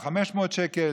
500 שקל